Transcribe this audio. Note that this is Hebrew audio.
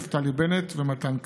נפתלי בנט ומתן כהנא.